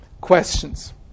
questions